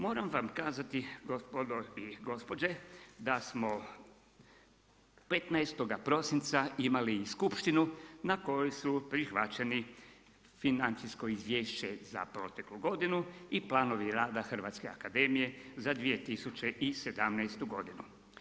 Moram vam kazati gospodo i gospođe da smo 15. prosinca imali i skupštinu na kojoj su prihvaćeni financijsko izvješće za proteklu godinu i planovi rada Hrvatske akademije za 2017. godinu.